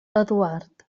eduard